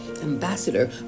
ambassador